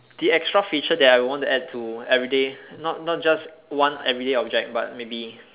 the extra feature that I will want to add to everyday not not just one everyday object but maybe